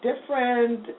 different